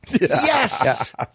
Yes